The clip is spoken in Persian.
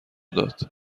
داد